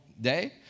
day